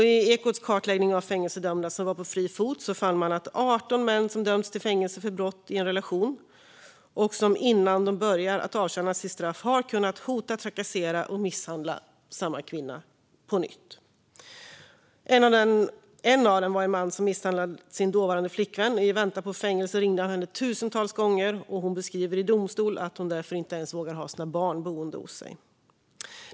I sin kartläggning av fängelsedömda som var på fri fot fann Ekot 18 män som dömts till fängelse för brott i en relation och som innan de börjat avtjäna sitt straff kunnat hota, trakassera och misshandla samma kvinna på nytt. En av dem var en man som hade misshandlat sin dåvarande flickvän. I väntan på fängelse ringer han henne tusentals gånger. Hon beskriver i domstol att hon därför inte ens vågar ha sina barn boende hos sig.